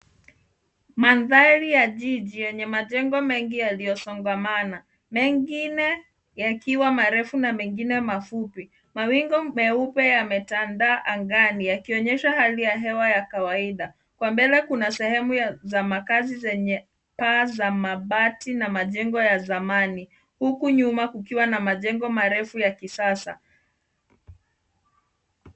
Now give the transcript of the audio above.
Mandhari ya jiji yenye majengo mengi yaliyosongamana mengine yakiwa marefu na mengine mafupi. Mawingu meupe yametanda angani yakionyesha hali ya hewa ya kawaida. Kwa mbele kuna sehemu za makazi zenye paa za mabati na majengo ya zamani huku nyuma kukiwa na majengo marefu ya kisasa.